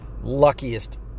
luckiest